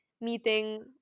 meeting